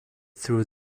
through